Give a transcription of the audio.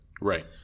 Right